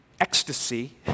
ecstasy